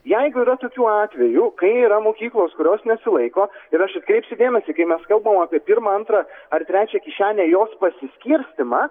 jeigu yra tokių atvejų kai yra mokyklos kurios nesilaiko ir aš atkreipsiu dėmesį kai mes kalbam apie pirmą antrą ar trečią kišenę jos pasiskirstymą